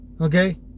Okay